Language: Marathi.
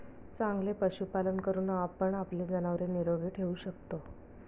चांगले पशुपालन करून आपण आपली जनावरे निरोगी ठेवू शकतो